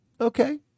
Okay